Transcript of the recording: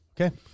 Okay